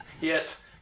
Yes